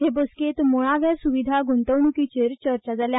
हे बसकेंत मुळाव्या सुविधा गुंतवणुकीचेर चर्चा जाली